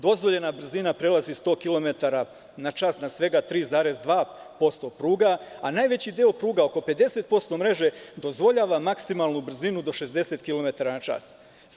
Dozvoljena brzina prelazi 100 kilometara na čas na svega 3,2% pruga, a najveći deo pruga, oko 50% mreže dozvoljava maksimalnu brzinu do 60 kilometara na čas.